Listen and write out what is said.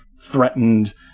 threatened